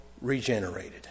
regenerated